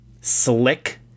slick